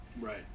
Right